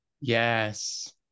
yes